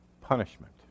punishment